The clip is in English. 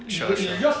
sure sure